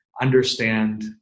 understand